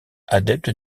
adepte